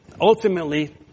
Ultimately